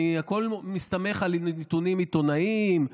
הכול מסתמך על טורים עיתונאיים.